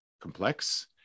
complex